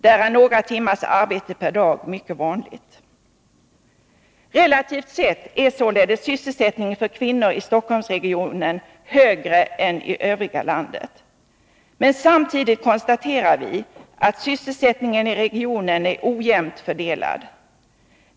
Där är några timmars arbete per dag mycket vanligt. Relativt sett är således sysselsättningen för kvinnor i Stockholmsregionen högre än i övriga landet. Men samtidigt konstaterar vi att sysselsättningen i regionen är ojämnt fördelad.